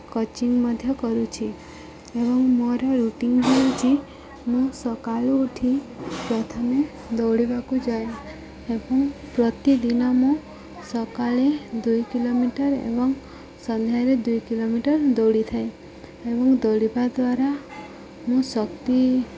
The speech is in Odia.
କୋଚିଙ୍ଗ୍ ମଧ୍ୟ କରୁଛି ଏବଂ ମୋର ରୁଟିନ୍ ହେଉଛି ମୁଁ ସକାଳୁ ଉଠି ପ୍ରଥମେ ଦୌଡ଼ିବାକୁ ଯାଏ ଏବଂ ପ୍ରତିଦିନ ମୁଁ ସକାଳେ ଦୁଇ କିଲୋମିଟର୍ ଏବଂ ସନ୍ଧ୍ୟାରେ ଦୁଇ କିଲୋମିଟର୍ ଦୌଡ଼ିଥାଏ ଏବଂ ଦୌଡ଼ିବା ଦ୍ୱାରା ମୁଁ ଶକ୍ତି